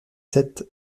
sept